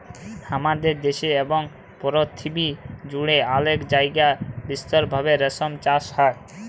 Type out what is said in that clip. হামাদের দ্যাশে এবং পরথিবী জুড়ে অলেক জায়গায় বিস্তৃত ভাবে রেশম চাস হ্যয়